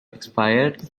expired